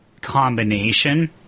combination